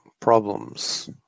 problems